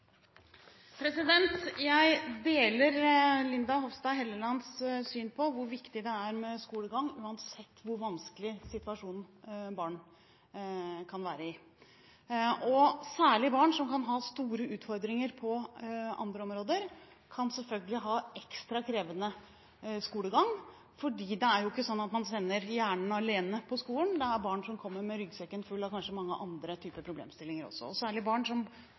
Jeg deler Linda C. Hofstad Hellelands syn på hvor viktig det er med skolegang, uansett hvor vanskelig situasjon barn kan være i. Særlig kan selvfølgelig barn som har store utfordringer på andre områder, ha ekstra krevende skolegang – for det er jo ikke sånn at man sender hjernen alene på skolen, det er barn som kommer med ryggsekken full av kanskje mange andre typer problemstillinger også. Særlig har barn som